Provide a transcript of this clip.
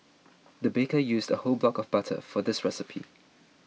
the baker used a whole block of butter for this recipe